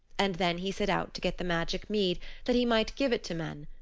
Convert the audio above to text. and then he set out to get the magic mead that he might give it to men,